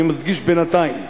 אני מדגיש: בינתיים,